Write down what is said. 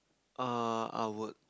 err I would